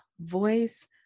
voice